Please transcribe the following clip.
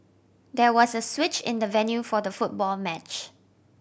there was a switch in the venue for the football match